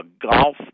golf